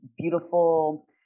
beautiful